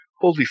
Holy